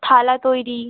থালা তৈরি